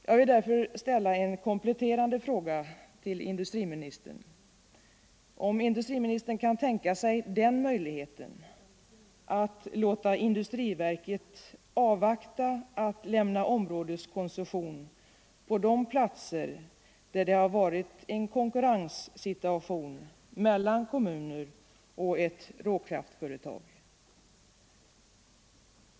Jag vill därför ställa den kompletterande frågan om inte industriministern kan tänka sig möjligheten att låta industriverket avvakta med att lämna områdeskoncession på de platser där det har varit en konkurrenssituation mellan kommuner och ett råkraftföretag.